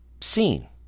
seen